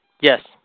Yes